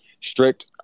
strict